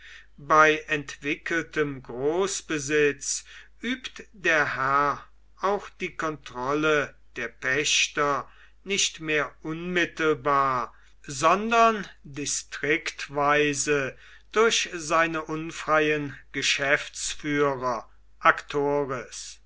bei entwickeltem großbesitz übt der herr auch die kontrolle der pächter nicht mehr unmittelbar sondern distriktweise durch seine unfreien geschäftsführer